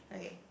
okay